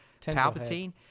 Palpatine